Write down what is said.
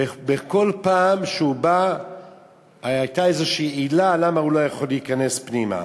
ובכל פעם שהוא בא הייתה עילה כלשהי למה הוא לא יכול להיכנס פנימה.